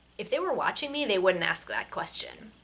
if they were watching me, they wouldn't ask that question.